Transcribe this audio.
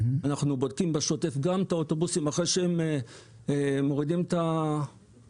אנחנו בודקים בשוטף גם את האוטובוסים אחרי שהם מורידים את הילדים,